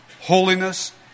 holiness